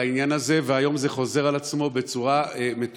חבר הכנסת יצחק פינדרוס, בבקשה.